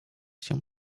się